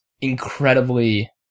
incredibly